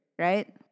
right